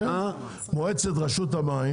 מועצת רשות המים,